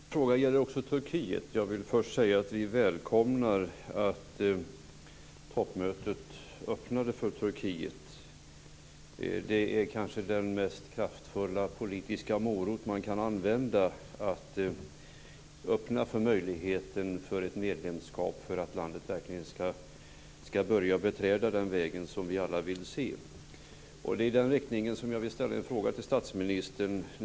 Fru talman! Min fråga gäller också Turkiet, men först vill jag säga att vi välkomnar att toppmötet öppnade för Turkiet. Det är kanske den mest kraftfulla politiska morot som man kan använda att just öppna för möjligheten för ett medlemskap för att landet verkligen ska börja beträda den väg som vi alla vill se. Jag vill ställa en fråga i den riktningen till statsministern.